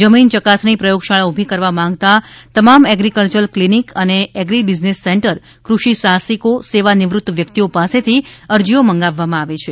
જમીન ચકાસણી પ્રયોગશાળા ઉભી કરવા માંગતા તમામ એગ્રીકલ્ચર કલિનિક અને એગ્રીબિઝનેસ સેન્ટર કૃષિ સાહસિકો સેવા નિવૃત વ્યકિતઓ પાસેથી અરજીઓ મંગાવવામાં આવે છે